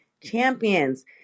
champions